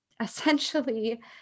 essentially